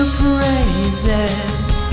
praises